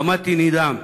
עמדתי נדהם.